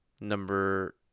number